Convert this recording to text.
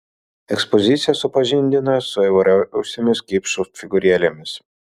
ekspozicija supažindina su įvairiausiomis kipšų figūrėlėmis